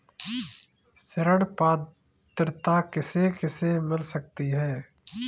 ऋण पात्रता किसे किसे मिल सकती है?